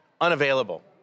Unavailable